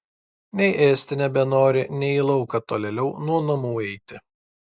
nei ėsti nebenori nei į lauką tolėliau nuo namų eiti